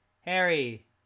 Harry